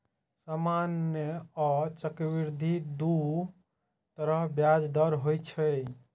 सामान्य आ चक्रवृद्धि दू तरहक ब्याज दर होइ छै